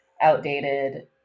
outdated